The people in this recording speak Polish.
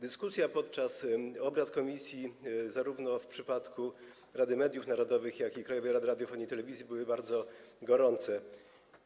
Dyskusje podczas obrad komisji zarówno w przypadku Rady Mediów Narodowych, jak i Krajowej Rady Radiofonii i Telewizji były bardzo gorące.